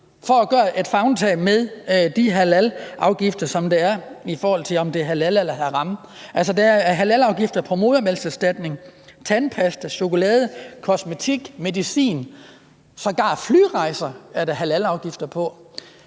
for at tage favntag med de halalafgifter, der er – om det er halal eller haram. Der er halalafgift på modermælkserstatning, tandpasta, chokolade, kosmetik, medicin, sågar flyrejser er der halalafgifter på.